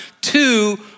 two